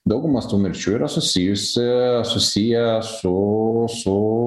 daugumos tų mirčių yra susijusi susiję su su